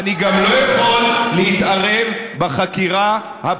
אני לא יכול לבדוק את פעילותה.